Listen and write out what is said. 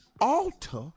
Alter